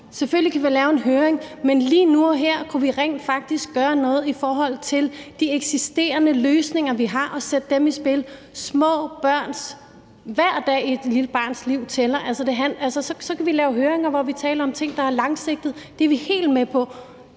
selvfølgelig kan vi lave en høring, men lige nu og her kunne vi faktisk gøre noget i forhold til de eksisterende løsninger, vi har, for at sætte dem i spil. Hver dag i et lille barns liv tæller. Altså, så kan vi lave høringer, hvor vi taler om ting, der er langsigtede – det er vi helt med på.